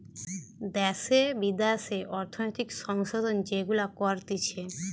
দ্যাশে বিদ্যাশে অর্থনৈতিক সংশোধন যেগুলা করতিছে